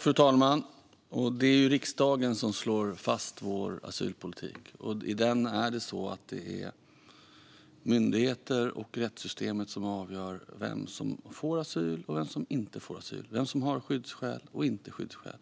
Fru talman! Det är riksdagen som slår fast vår asylpolitik. Enligt den är det myndigheter och rättssystemet som avgör vem som får asyl och vem som inte får det, vem som har skyddsskäl och vem som inte har